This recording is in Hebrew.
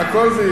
הכול זה יבוא.